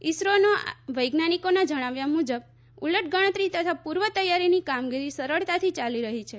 ઈસરોના વૈજ્ઞાનિકોના જણાવ્યા મુજબ ઉલટગણતરી તથા પૂર્વ તૈયારીની કામગીરી સરળતાથી ચાલી રહી છે